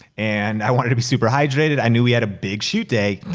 and i wanted to be super hydrated. i knew we had a big shoot day.